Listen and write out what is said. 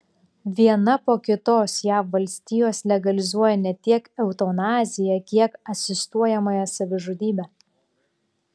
viena po kitos jav valstijos legalizuoja ne tiek eutanaziją kiek asistuojamąją savižudybę